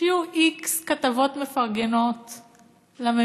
שיהיו x כתבות מפרגנות לממשלה,